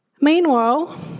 Meanwhile